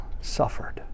suffered